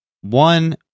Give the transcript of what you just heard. one